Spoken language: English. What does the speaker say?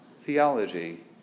theology